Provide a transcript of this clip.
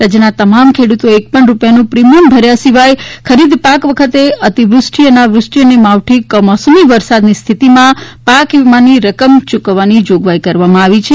રાજ્યના તમામ ખેડૂતોએ એક પણ રૂપિયાનું પ્રીમિયમ ભર્યા સિવાય ખરીફ પાક વખતે અતિવૃષ્ટિ અનાવૃષ્ટિ અને માવઠું કમોસમી વરસાદની સ્થિતિમાં પાક વીમાની રકમ ચૂકવવાની જોગવાઈ કરવામાં આવી છે